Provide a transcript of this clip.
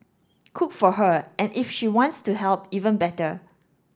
cook for her and if she wants to help even better